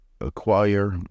acquire